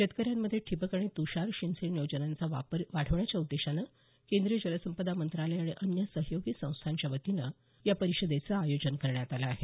शेतकऱ्यांमध्ये ठिबक आणि तुषार सिंचन योजनांचा वापर वाढवण्याच्या उद्देशानं केंद्रीय जलसंपदा मंत्रालय आणि अन्य सहयोगी संस्थांच्यावतीनं या परिषदेचं आयोजन करण्यात आलं आहे